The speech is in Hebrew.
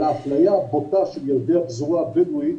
על האפליה הבוטה של ילדי הפזורה הבדואית